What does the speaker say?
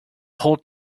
whole